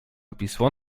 pismo